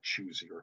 choosier